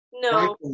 No